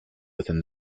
within